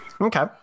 Okay